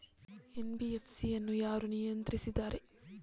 NBFC ಅನ್ನು ಯಾರು ನಿಯಂತ್ರಿಸುತ್ತಾರೆ?